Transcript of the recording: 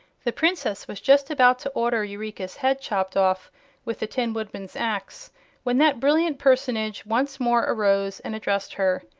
the princess was just about to order eureka's head chopped off with the tin woodman's axe when that brilliant personage once more arose and addressed her.